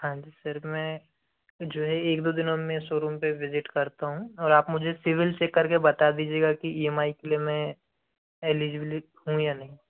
हाँ जी सर में जो है एक दो दिनों में शोरूम पर विज़िट करता हूँ और आप मुझे सिविल चेक कर के बता दीजिएगा कि ई एम आई के लिए मैं एलिजिबिलिट हूँ या नहीं